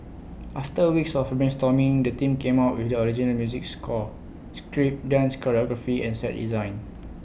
after weeks of brainstorming the team came up with the original music score script dance choreography and set design